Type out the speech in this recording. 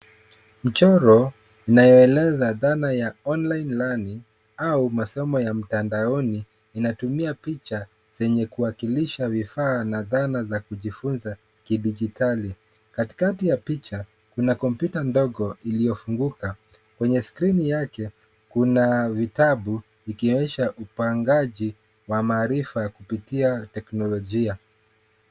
Mchoro inayoeleza dhana ya Online Learning au masomo ya mtandaoni inatumia picha zenye kuwakilisha vifaa na dhana za kujifunza kidijitali. Katikati ya picha, kuna kompyuta ndogo iliyofunguka kwenye skrini yake kuna vitabu vikionyesha upangaji wa maarifa ya kupitia teknolojia.